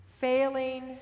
failing